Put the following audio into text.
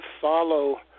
follow